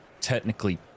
technically